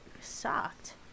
sucked